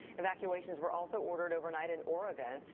evacuations were also ordered overnight in oregon.